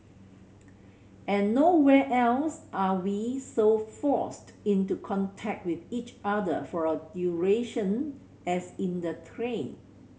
and nowhere else are we so forced into contact with each other for a duration as in the train